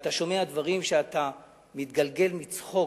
ואתה שומע דברים, שאתה מתגלגל בצחוק.